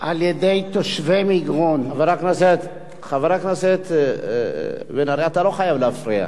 גם יהושע, חבר הכנסת בן-ארי, אתה לא חייב להפריע.